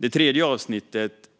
Det tredje avsnittet